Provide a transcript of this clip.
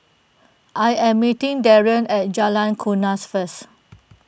I am meeting Darrin at Jalan Kuras first